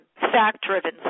fact-driven